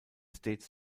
state